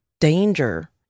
danger